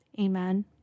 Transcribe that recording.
amen